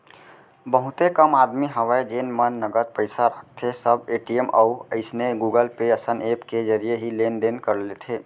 बहुते कम आदमी हवय जेन मन नगद पइसा राखथें सब ए.टी.एम अउ अइसने गुगल पे असन ऐप के जरिए ही लेन देन कर लेथे